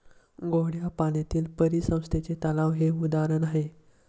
गोड्या पाण्यातील परिसंस्थेचे तलाव हे उदाहरण आहे